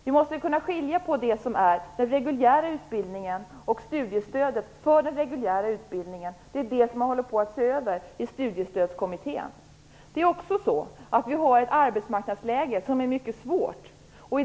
Vi måste kunna skilja mellan detta och den reguljära utbildningen och studiestödet för den - det är det som man håller på och ser över i studiestödskommittén. Vi har ett arbetsmarknadsläge som är mycket svårt.